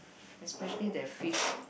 especially the fish